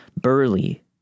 burly